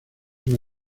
una